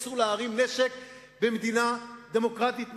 אסור להרים נשק במדינה דמוקרטית נורמלית,